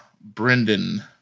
Brendan